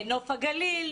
נוף הגליל?